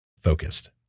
focused